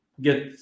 get